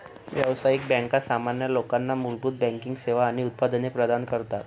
व्यावसायिक बँका सामान्य लोकांना मूलभूत बँकिंग सेवा आणि उत्पादने प्रदान करतात